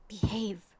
Behave